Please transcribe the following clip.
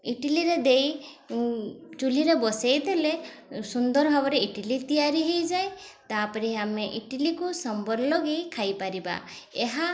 ଇଟିଲିରେ ଦେଇ ଚୁଲିରେ ବସାଇଦେଲେ ସୁନ୍ଦର ଭାବରେ ଇଟିଲି ତିଆରି ହେଇଯାଏ ତା'ପରେ ଆମେ ଇଟିଲିକୁ ସମ୍ବର ଲଗେଇ ଖାଇପାରିବା ଏହା